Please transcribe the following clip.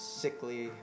sickly